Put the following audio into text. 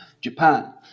Japan